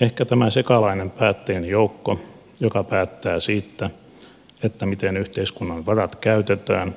ehkä tämä sekalainen päättäjien joukko joka päättää siitä miten yhteiskunnan varat käytetään